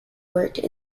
worked